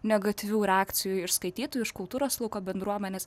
negatyvių reakcijų iš skaitytojų iš kultūros lauko bendruomenės